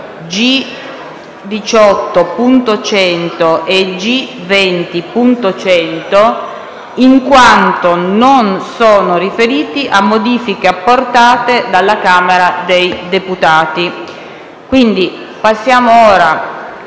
G18.100 e G20.100, in quanto non sono riferiti a modifiche apportate dalla Camera dei deputati. Procediamo